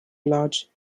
large